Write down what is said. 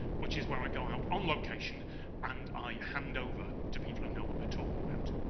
which is where i go out on location and i hand over to people who know what they're talking about.